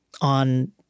on